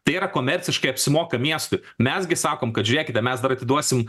tai yra komerciškai apsimoka miestui mes gi sakom kad žiūrėkite mes dar atiduosim